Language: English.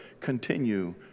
continue